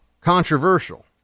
controversial